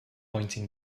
pointing